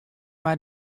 mei